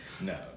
no